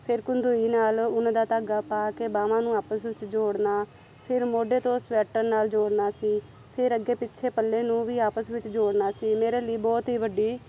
ਫਿਰ ਕੰਦੂਈ ਨਾਲ ਉਹਨਾਂ ਦਾ ਧਾਗਾ ਪਾ ਕੇ ਬਾਹਾਂ ਨੂੰ ਆਪਸ ਵਿੱਚ ਜੋੜਨਾ ਫਿਰ ਮੋਢੇ ਤੋਂ ਸਵੈਟਰ ਨਾਲ ਜੋੜਨਾ ਸੀ ਫਿਰ ਅੱਗੇ ਪਿੱਛੇ ਪੱਲੇ ਨੂੰ ਵੀ ਆਪਸ ਵਿੱਚ ਜੋੜਨਾ ਸੀ ਮੇਰੇ ਲਈ ਬਹੁਤ ਹੀ ਵੱਡੀ